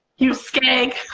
you skag!